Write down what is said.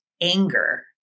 anger